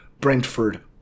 Brentford